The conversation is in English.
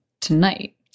tonight